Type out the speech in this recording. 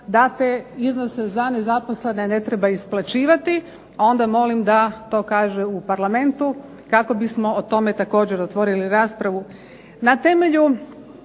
da te iznose za nezaposlene ne treba isplaćivati onda molim da to kaže u Parlamentu kako bismo o tome također otvorili raspravu.